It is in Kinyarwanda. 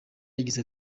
yagize